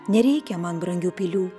nereikia man brangių pilių